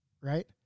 right